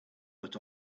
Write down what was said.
but